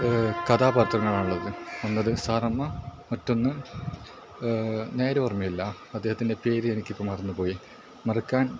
കഥാപാത്രങ്ങളാണുള്ളത് ഒന്നത് സാറാമ്മ മറ്റൊന്ന് നേര് ഓർമ്മയില്ല അദ്ദേഹത്തിൻ്റെ പേര് എനിക്കിപ്പം മറന്നുപോയി മറക്കാൻ